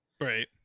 Right